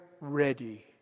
ready